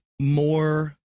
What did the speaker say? more